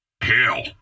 Hell